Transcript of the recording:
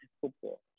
football